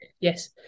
Yes